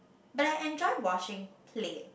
but I enjoy washing plate